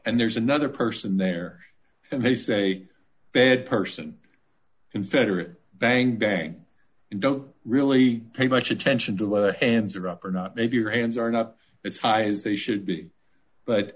and there's another person there and they say bad person confederate vang bang and don't really pay much attention to the answer up or not if your hands are not as high as they should be but